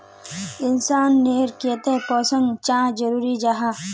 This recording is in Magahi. इंसान नेर केते पोषण चाँ जरूरी जाहा?